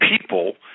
people